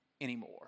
anymore